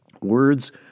Words